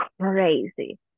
crazy